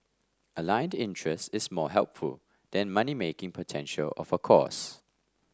aligned interest is more helpful than money making potential of a course